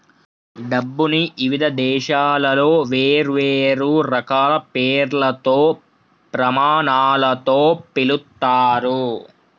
డబ్బుని ఇవిధ దేశాలలో వేర్వేరు రకాల పేర్లతో, ప్రమాణాలతో పిలుత్తారు